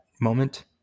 moment